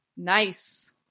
Nice